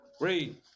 Read